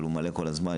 אבל הוא מלא כל הזמן,